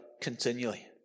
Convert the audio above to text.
continually